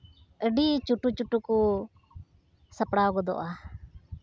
ᱟᱹᱰᱤ ᱪᱩᱴᱩ ᱪᱩᱴᱩ ᱠᱚ ᱥᱟᱯᱲᱟᱣ ᱜᱚᱫᱚᱜᱼᱟ